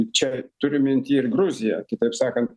čia turiu minty ir gruziją kitaip sakan